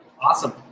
Awesome